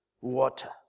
water